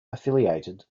affiliated